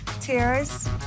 tears